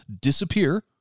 disappear